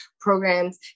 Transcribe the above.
programs